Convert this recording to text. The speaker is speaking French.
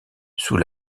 sous